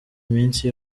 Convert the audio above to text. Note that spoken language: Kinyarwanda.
iminsi